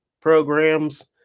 programs